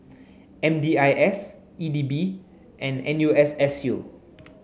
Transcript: M D I S E D B and N U S S U